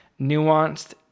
nuanced